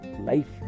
life